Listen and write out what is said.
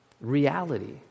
reality